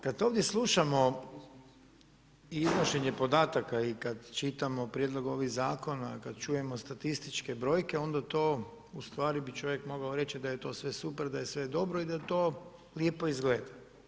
Kad ovdje slušamo iznošenje podataka i kad čitamo prijedlog ovih zakona pa čujemo statističke brojke, onda to ustvari bi čovjek mogao reći da je to sve super, da je sve dobro i da to lijepo izgleda.